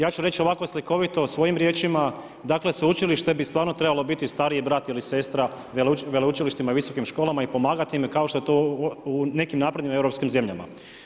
Ja ću reći ovako slikovito svojim riječima, dakle sveučilište bi stvarno trebalo biti stariji brat ili sestra veleučilištima i visokim školama i pomagati im kao što je to u nekim naprednim europskim zemljama.